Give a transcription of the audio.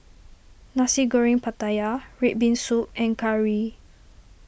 Nasi Goreng Pattaya Red Bean Soup and Curry